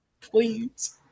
please